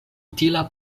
utila